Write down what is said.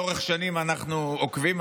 לאורך שנים אנחנו עוקבים.